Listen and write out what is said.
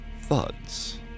thuds